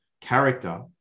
character